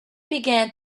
began